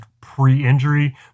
pre-injury